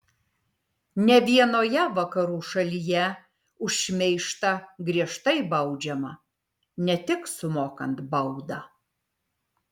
ne vienoje vakarų šalyje už šmeižtą griežtai baudžiama ne tik sumokant baudą